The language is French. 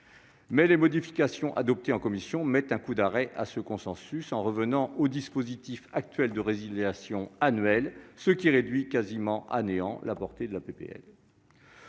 les modifications adoptées en commission mettent un coup d'arrêt à ce consensus en revenant au dispositif actuel de résiliation annuelle, réduisant quasiment à néant la portée de la